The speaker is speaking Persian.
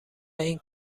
این